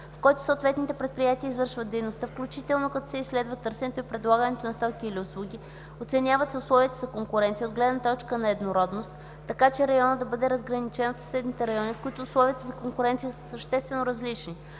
в който съответните предприятия извършват дейността, включително като се изследва търсенето и предлагането на стоки или услуги, оценяват се условията за конкуренция от гледна точка на еднородност, така че районът да бъде разграничен от съседните райони, в които условията за конкуренция са съществено различни.